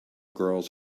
girls